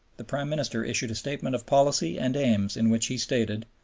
the prime minister issued a statement of policy and aims in which he stated,